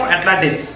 Atlantis